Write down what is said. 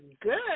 good